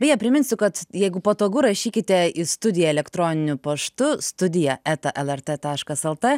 beje priminsiu kad jeigu patogu rašykite į studiją elektroniniu paštu studija eta lrt taškas lt